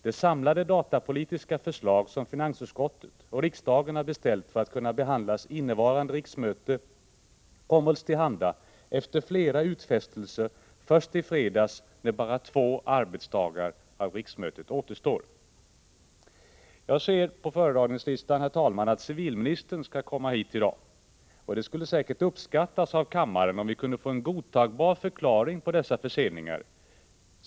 Det samlade datapolitiska förslag som finansutskottet och riksdagen har beställt av regeringen för att kunna behandla det under innevarande riksmöte kom oss till handa, efter flera utfästelser, först i fredags, när bara två arbetsdagar av riksmötet återstår. Jag ser av föredragningslistan, herr talman, att civilministern skall komma hit i dag. Det skulle säkert uppskattas av kammaren om vi kunde få en godtagbar förklaring till dessa förseningar.